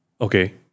Okay